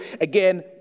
again